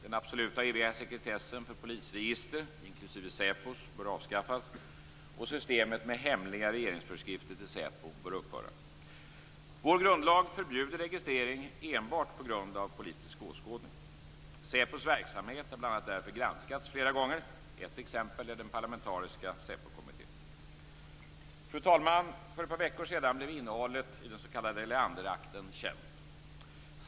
Den absoluta och eviga sekretessen för polisregister, inklusive SÄPO:s, bör avskaffas. Systemet med hemliga regeringsföreskrifter till SÄPO bör upphöra. Vår grundlag förbjuder registrering enbart på grund av politisk åskådning. SÄPO:s verksamhet har bl.a. därför granskats flera gånger. Ett exempel är den parlamentariska SÄPO-kommittén. Fru talman! För ett par veckor sedan blev innehållet i den s.k. Leanderakten känt.